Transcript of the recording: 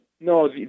No